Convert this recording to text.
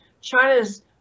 China's